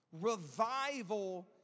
Revival